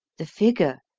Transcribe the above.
the figure,